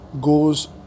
goes